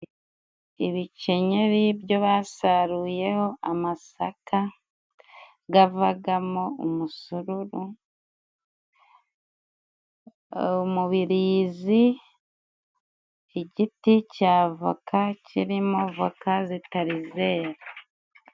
Ibikenyeri byo basaruyeho amasaka gavagamo umusururu, umubirizi, igiti cy'avoka kirimo voka zitari zera.